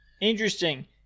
Interesting